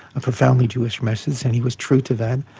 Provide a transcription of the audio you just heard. a profoundly jewish message, and he was true to that.